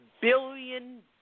billion